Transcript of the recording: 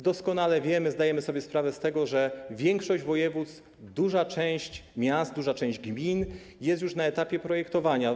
Doskonale wiemy, zdajemy sobie sprawę z tego, że większość województw, duża część miast, duża część gmin jest już na etapie projektowania.